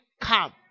come